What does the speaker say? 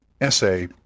essay